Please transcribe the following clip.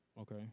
Okay